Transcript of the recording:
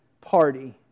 party